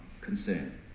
concern